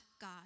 God